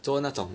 做那种